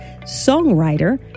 songwriter